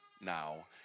now